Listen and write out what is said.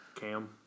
Cam